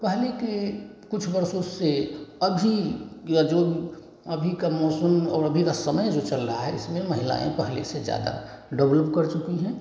अब हाल ही के कुछ वर्षों से अभी या जो अभी अभी का मौसम और अभी का समय जो चल रहा है इसमें महिलाएँ पहले से ज़्यादा डवलप कर चुकी हैं